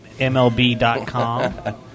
MLB.com